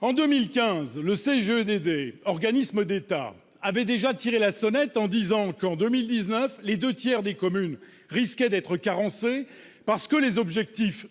En 2015, le CGEDD, organisme d'État, avait déjà tiré la sonnette d'alarme en nous prévenant que les deux tiers des communes risquaient d'être carencées en 2019, parce que les objectifs